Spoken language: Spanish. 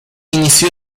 inició